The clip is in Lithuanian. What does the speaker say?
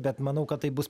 bet manau kad tai bus